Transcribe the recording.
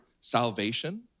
salvation